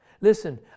Listen